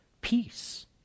peace